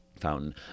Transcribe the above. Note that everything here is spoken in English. fountain